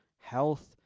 health